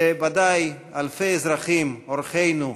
וודאי אלפי אזרחים, אורחינו,